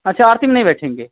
अच्छा आरती में नहीं बैठेंगे